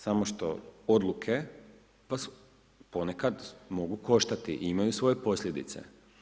Samo što odluke vas ponekad mogu koštati i imaju svoje posljedice.